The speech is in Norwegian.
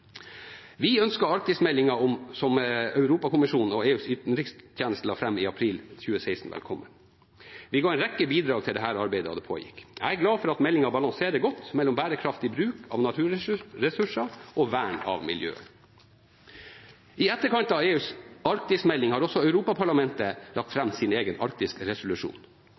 Vi har ønsket arktismeldingen som Europakommisjonen og EUs utenrikstjeneste la fram i april 2016, velkommen. Vi ga en rekke bidrag til dette arbeidet da det pågikk. Jeg er glad for at meldingen balanserer godt mellom bærekraftig bruk av naturressurser og vern av miljøet. I etterkant av EUs arktismelding har også Europaparlamentet lagt fram sin egen